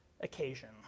occasion